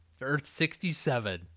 Earth-67